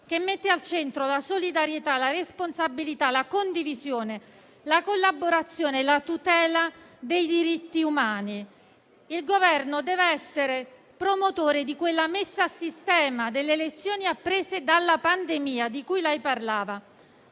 che mette al centro la solidarietà, la responsabilità, la condivisione, la collaborazione e la tutela dei diritti umani. Il Governo dev'essere promotore di quella messa a sistema delle lezioni apprese dalla pandemia di cui lei parlava,